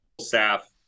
staff